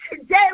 today